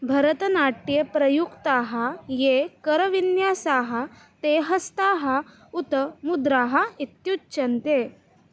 भरतनाट्ये प्रयुक्ताः ये करविन्यासाः ते हस्ताः उत मुद्राः इत्युच्यन्ते